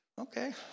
okay